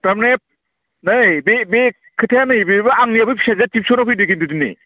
थारमानि नै बे बे खोथाया नैबेबो आंनियाबो फिसाजोआ टिउसनाव फैदों खिन्थु दिनै